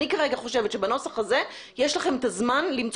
אני חושבת שבנוסח הזה יש לכם את הזמן למצוא